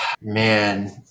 man